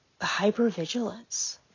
hypervigilance